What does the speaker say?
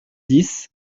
dix